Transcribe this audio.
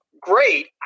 great